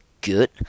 good